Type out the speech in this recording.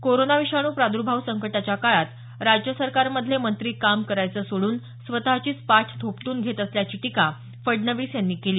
corona विषाणू प्रादुर्भाव संकटाच्या काळात राज्य सरकारमधले मंत्री काम करायचं सोडून स्वतचीच पाठ थोपटून घेत असल्याची टीका फडणवीस यांनी केली